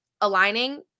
aligning